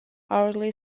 hourly